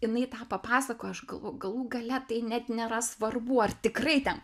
jinai tą papasakojo aš galvojau galų gale tai net nėra svarbu ar tikrai ten